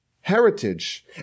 heritage